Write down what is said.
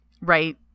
right